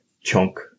chunk